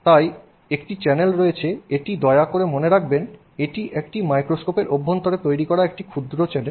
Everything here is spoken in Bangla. সুতরাং একটি চ্যানেল রয়েছে এটি দয়া করে মনে রাখবেন এটি একটি মাইক্রোস্কোপের অভ্যন্তরে তৈরি করা একটি অত্যন্ত ক্ষুদ্র চ্যানেল